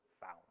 found